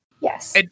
Yes